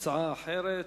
הצעה אחרת.